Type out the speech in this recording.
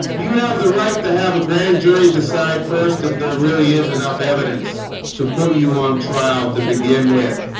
you ah have the right have a grand jury decide first if there really is enough evidence to put you on trial to begin with